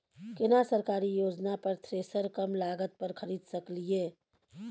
केना सरकारी योजना पर थ्रेसर कम लागत पर खरीद सकलिए?